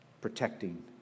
Protecting